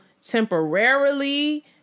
temporarily